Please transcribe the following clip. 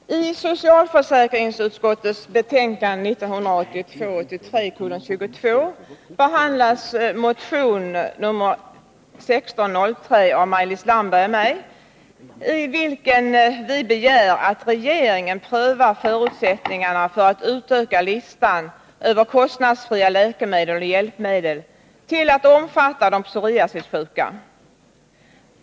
Herr talman! I socialförsäkringsutskottets betänkande 1982 83:1603 av Maj-Lis Landberg och mig, i vilken vi begär att regeringen prövar förutsättningarna för att utöka listan över kostnadsfria läkemedel och hjälpmedel till att omfatta medel för de psoriasissjuka.